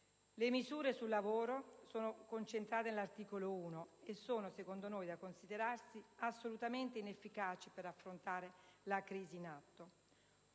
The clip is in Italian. Le misure sul lavoro sono concentrate nell'articolo 1, e sono - a nostro avviso - da considerarsi assolutamente inefficaci per affrontare la crisi in atto.